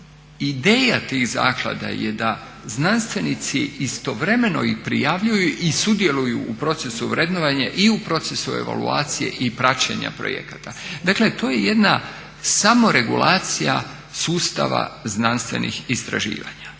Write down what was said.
ideja tih zaklada je da znanstvenici istovremeno i prijavljuju i sudjeluju u procesu vrednovanja i u procesu evaluacije i praćenja projekata. Dakle to je jedna samoregulacija sustava znanstvenih istraživanja.